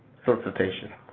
solicitations.